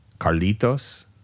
Carlitos